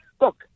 Look